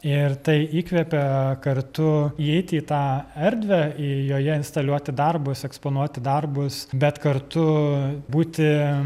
ir tai įkvėpia kartu įeiti į tą erdvę į joje instaliuoti darbus eksponuoti darbus bet kartu būti